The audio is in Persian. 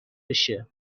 بشه